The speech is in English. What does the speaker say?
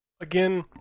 Again